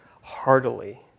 heartily